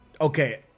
Okay